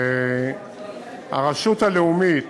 הרשות הלאומית,